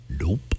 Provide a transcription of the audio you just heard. Nope